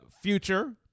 future